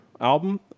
album